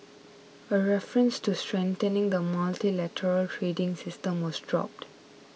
a reference to strengthening the multilateral trading system was dropped